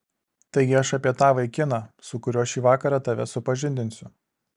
taigi aš apie tą vaikiną su kuriuo šį vakarą tave supažindinsiu